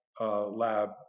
Lab